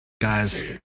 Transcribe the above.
Guys